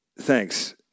Thanks